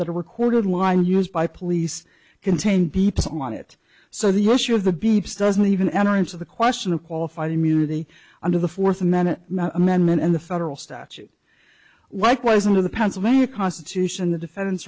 that a recorded line used by police contained be put on it so the issue of the beeps doesn't even enter into the question of qualified immunity under the fourth amendment amendment and the federal statute likewise into the pennsylvania constitution the defendant